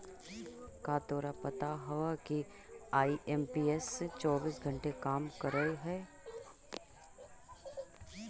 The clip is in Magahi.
का तोरा पता हवअ कि आई.एम.पी.एस चौबीस घंटे काम करअ हई?